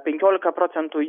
penkiolika procentų